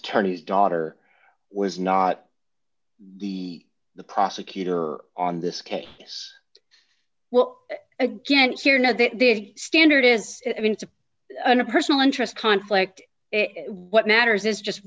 attorney's daughter was not the the prosecutor on this case well again here now that big standard is a personal interest conflict what matters is just